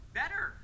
better